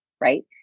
right